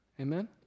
Amen